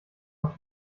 auf